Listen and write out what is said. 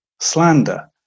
slander